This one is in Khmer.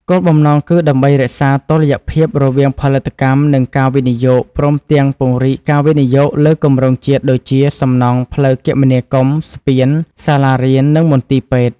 គោលបំណងគឺដើម្បីរក្សាតុល្យភាពរវាងផលិតកម្ម និងការវិនិយោគ ព្រមទាំងពង្រីកការវិនិយោគលើគម្រោងជាតិដូចជា សំណង់ ផ្លូវគមនាគមន៍ ស្ពាន សាលារៀន និងមន្ទីរពេទ្យ។